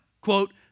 quote